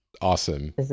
awesome